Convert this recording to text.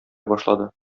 башлады